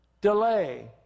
Delay